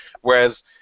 Whereas